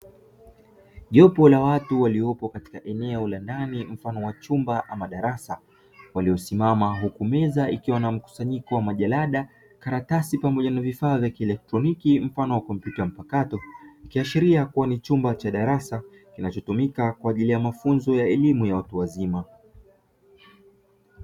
Jopo la watu waliopo katika eneo la ndani mfano wa chumba ama darasa, waliosimama huku meza ikiwa na mkusanyiko wa majalada, karatasi pamoja na vifaa vya kieletroniki mfano wa komputa mpakato, ikiashiria kuwa ni chumba cha darasa, kinachotumika kwa ajili ya mafunzo ya elimu ya watu wazima.